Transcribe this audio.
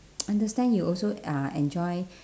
understand you also uh enjoy